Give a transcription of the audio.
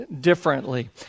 differently